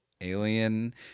Alien